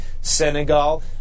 Senegal